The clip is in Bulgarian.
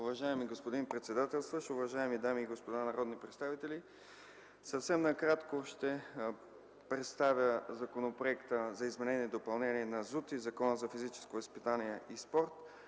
Уважаеми господин председател, уважаеми дами и господа народни представители! Съвсем накратко ще представя Законопроекта за изменение и допълнение на Закона за устройство на територията